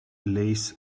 lace